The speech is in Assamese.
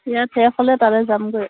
ইয়াত শেষ হ'লে তালৈ যামগৈ